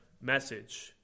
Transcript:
message